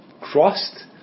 crossed